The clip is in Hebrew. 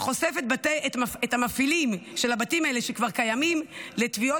וחושף את המפעילים של הבתים האלה שכבר קיימים לתביעות